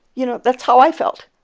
you know, that's how i felt.